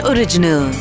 Original